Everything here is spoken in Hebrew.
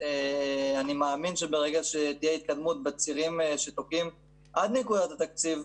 אני מאמין שברגע שתהיה התקדמות בצירים שתוקעים עד נקודת התקציב,